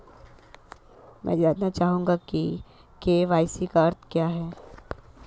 मैं जानना चाहूंगा कि के.वाई.सी का अर्थ क्या है?